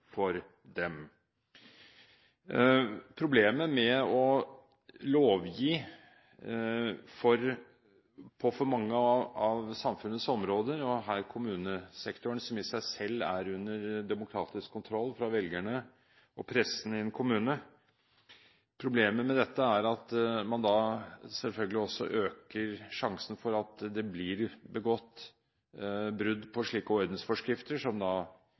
for dem. Problemet med å lovgi på for mange av samfunnets områder, her kommunesektoren, som i seg selv er under demokratisk kontroll fra velgerne og pressen i en kommune, er at man selvfølgelig også øker sjansen for at det blir begått brudd på slike ordensforskrifter, som